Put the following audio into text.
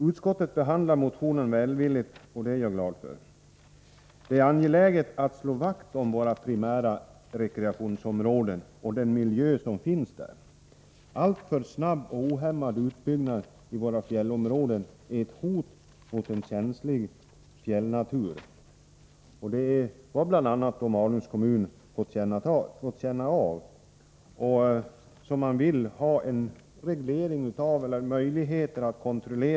Utskottet har behandlat motionen välvilligt, och det är jag glad för. Det är angeläget att slå vakt om våra primära rekreationsområden och den miljö som finns där. Alltför snabb och ohämmad utbyggnad i våra fjällområden är ett hot mot en känslig fjällnatur. Det har bl.a. Malungs kommun fått känna av, varför man vill ha en reglering eller möjligheter till kontroll.